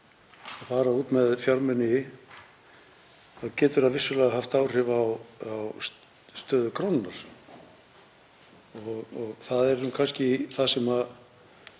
að fara út með fjármuni getur það vissulega haft áhrif á stöðu krónunnar. Það er nú kannski það sem